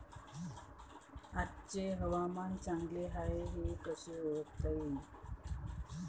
आजचे हवामान चांगले हाये हे कसे ओळखता येईन?